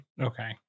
Okay